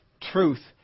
truth